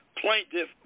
plaintiff